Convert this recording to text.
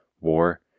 war